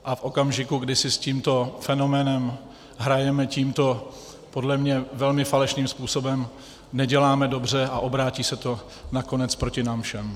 A v okamžiku, kdy si s tímto fenoménem hrajeme tímto podle mě velmi falešným způsobem, neděláme dobře a obrátí se to nakonec proti nám všem.